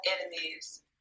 enemies